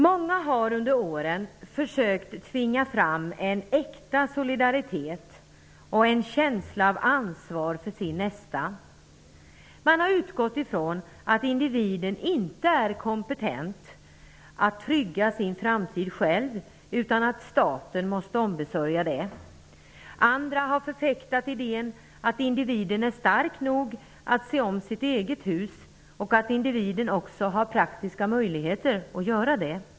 Många har under årens lopp försökt tvinga fram en äkta solidaritet och en känsla av ansvar för sin nästa. Man har utgått från att individen inte är kompentet att själv trygga sin framtid utan att staten måste ombesörja det. Andra har förfäktat idén att individen är stark nog att se om sitt eget hus och att individen också har praktiska möjligheter att göra det.